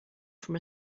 from